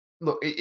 look